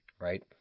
Right